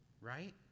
right